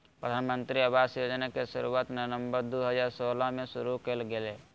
प्रधानमंत्री आवास योजना के शुरुआत नवम्बर दू हजार सोलह में शुरु कइल गेलय